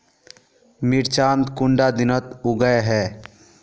मिर्चान कुंडा दिनोत उगैहे?